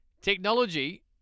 technology